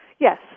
Yes